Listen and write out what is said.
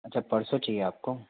अच्छा परसों चाहिए आपको